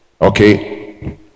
okay